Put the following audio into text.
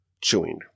chewing